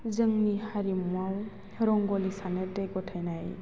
जोंनि हारिमुवाव रंग'लि सारनो दै ग'थायनाय